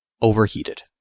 Overheated